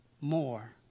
more